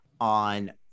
on